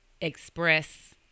express